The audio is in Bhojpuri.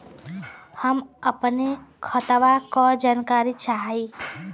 हम अपने खतवा क जानकारी चाही?